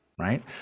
right